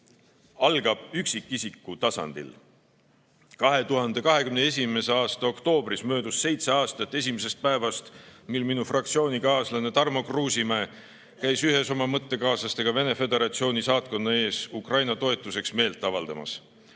algab üksikisiku tasandil. 2021. aasta oktoobris möödus seitse aastat päevast, mil minu fraktsioonikaaslane Tarmo Kruusimäe käis ühes oma mõttekaaslastega esimest korda Venemaa Föderatsiooni saatkonna ees Ukraina toetuseks meelt avaldamas.